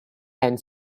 and